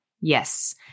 Yes